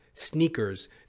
Sneakers